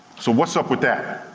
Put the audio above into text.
so what's up with that?